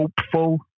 hopeful